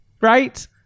right